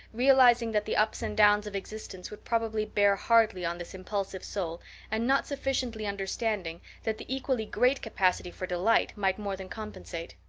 realizing that the ups and downs of existence would probably bear hardly on this impulsive soul and not sufficiently understanding that the equally great capacity for delight might more than compensate.